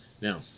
Now